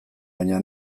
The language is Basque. baina